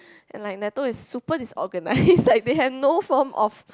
and like natto is super disorganized like they have no form of